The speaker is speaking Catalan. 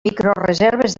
microreserves